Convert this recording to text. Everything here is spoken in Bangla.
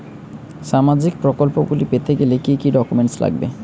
সামাজিক প্রকল্পগুলি পেতে গেলে কি কি ডকুমেন্টস লাগবে?